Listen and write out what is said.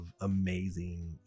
amazing